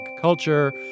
Culture